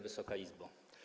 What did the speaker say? Wysoka Izbo!